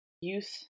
youth